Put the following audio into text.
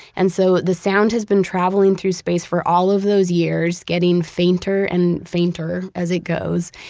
and so, the sound has been traveling through space for all of those years, getting fainter and fainter as it goes.